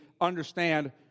understand